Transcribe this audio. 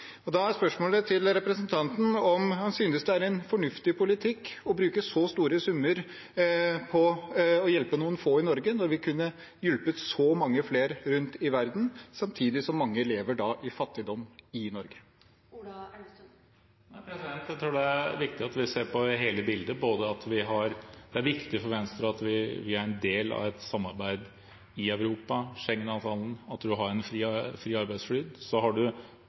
Da er spørsmålet til representanten om han synes det er en fornuftig politikk å bruke så store summer på å hjelpe noen få i Norge når vi kunne hjulpet så mange flere rundt om i verden, samtidig som mange lever i fattigdom i Norge. Jeg tror det er viktig at vi ser på hele bildet. Det er viktig for Venstre at vi er en del av et samarbeid i Europa, Schengen-avtalen, at vi har fri arbeidsflyt, og så har